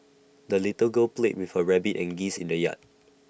the little girl played with her rabbit and geese in the yard